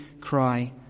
cry